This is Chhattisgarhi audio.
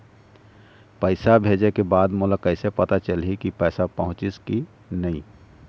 पैसा भेजे के बाद मोला कैसे पता चलही की पैसा पहुंचिस कि नहीं?